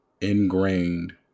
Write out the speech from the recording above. ingrained